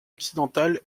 occidentale